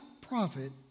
profit